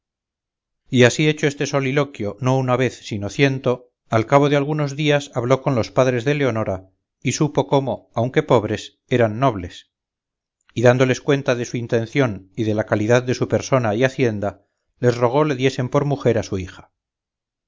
y así hecho este soliloquio no una vez sino ciento al cabo de algunos días habló con los padres de leonora y supo como aunque pobres eran nobles y dándoles cuenta de su intención y de la calidad de su persona y hacienda les rogó le diesen por mujer a su hija